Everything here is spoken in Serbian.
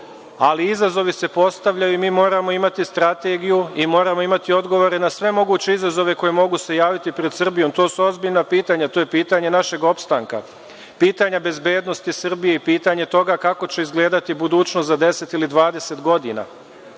ali izazovi se postavljaju i mi moramo imati strategiju i moramo imati odgovore na sve moguće izazove koji se mogu javiti pred Srbijom. To su ozbiljna pitanja, to je pitanje našeg opstanka, pitanje bezbednosti Srbije i pitanje toga kako će izgledati budućnost za 10 ili 20